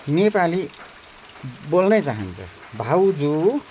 नेपाली बोल्नै चाहन्छ भाउजू